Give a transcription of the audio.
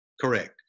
Correct